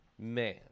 Man